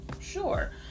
sure